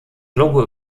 logo